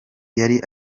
yari